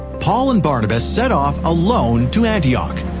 paul and barnabas set off alone to antioch.